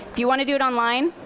if you want to do it online,